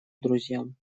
друзьям